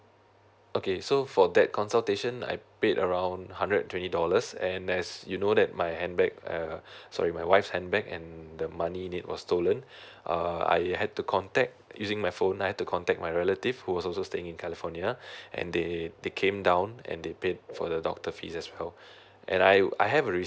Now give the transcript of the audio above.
okay so for that consultation I paid around hundred and twenty dollars and as you know that my handbag uh sorry my wife's handbag and the money in it was stolen uh I had to contact using my phone I have to contact my relative who was also staying in california and they they came down and they paid for the doctor fees as well and I I have a re~